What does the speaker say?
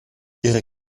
ihre